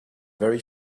very